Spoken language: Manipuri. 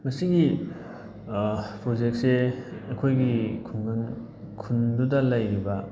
ꯃꯁꯤꯒꯤ ꯄ꯭ꯔꯣꯖꯦꯛꯁꯦ ꯑꯩꯈꯣꯏꯒꯤ ꯈꯨꯡꯒꯪ ꯈꯨꯟꯗꯨꯗ ꯂꯩꯔꯤꯕ